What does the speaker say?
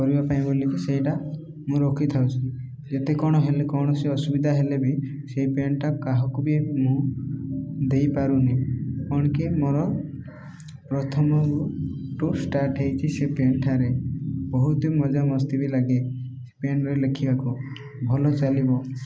କରିବା ପାଇଁ ବୋଲିକି ସେଇଟା ମୁଁ ରଖିଥାଉଛି ଯେତେ କଣ ହେଲେ କୌଣସି ଅସୁବିଧା ହେଲେ ବି ସେଇ ପେନଟା କାହାକୁ ବି ମୁଁ ଦେଇପାରୁନି କଣ କି ମୋର ପ୍ରଥମରୁ ଟୁ ଷ୍ଟାର୍ଟ ହେଇଛି ସେ ପେନଠାରେ ବହୁତ ମଜାମସ୍ତି ବି ଲାଗେ ସେ ପେନ୍ରେ ଲେଖିବାକୁ ଭଲ ଚାଲିବ